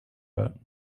about